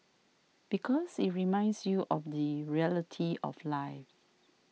because it reminds you of the reality of life